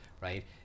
right